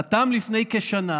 חתם לפני כשנה